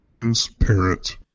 transparent